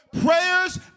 Prayers